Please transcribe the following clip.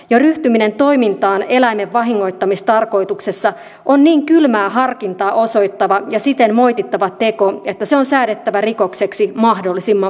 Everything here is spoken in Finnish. jo ryhtyminen toimintaan eläimen vahingoittamistarkoituksessa on niin kylmää harkintaa osoittava ja siten moitittava teko että se on säädettävä rikokseksi mahdollisimman pian